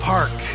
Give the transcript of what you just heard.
Park